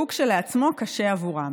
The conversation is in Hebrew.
שהוא כשלעצמו קשה עבורם.